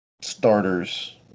starters